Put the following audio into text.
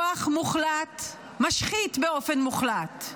כוח מוחלט משחית באופן מוחלט,